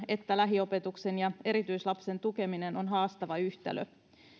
että lähiopetuksen ja erityislapsen tukeminen on haastava yhtälö